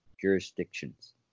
jurisdictions